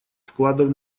вкладов